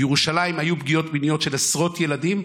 בירושלים היו פגיעות מיניות בעשרות ילדים,